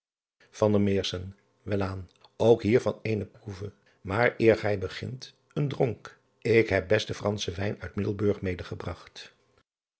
elaan ok hier van eene proeve maar eer gij begint een dronk ik heb besten franschen wijn uit iddelburg medegebragt